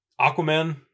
Aquaman